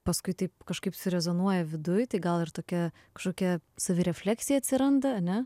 paskui taip kažkaip surezonuoja viduj tai gal ir tokia kažkokia savirefleksija atsiranda ane